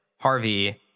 Harvey